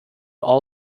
all